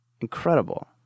incredible